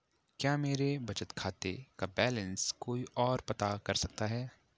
क्या मेरे बचत खाते का बैलेंस कोई ओर पता कर सकता है?